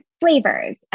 flavors